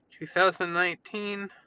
2019